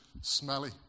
smelly